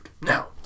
Now